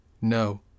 No